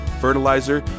fertilizer